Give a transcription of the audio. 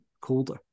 colder